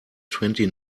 twenty